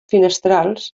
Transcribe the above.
finestrals